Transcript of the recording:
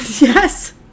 Yes